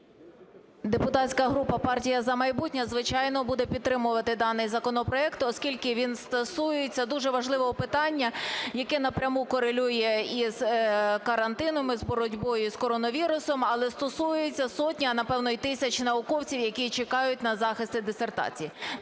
Депутатська група, партія "За майбутнє", звичайно, буде підтримувати даний законопроект, оскільки він стосується дуже важливого питання, яке напряму корелює і з карантином, і з боротьбою з коронавірусом, але стосується сотень, а напевно, і тисяч, науковців, які чекають на захист дисертації.